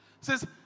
says